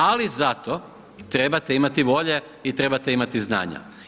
Ali, za to trebate imati volje i trebate imati znanja.